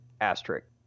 Asterisk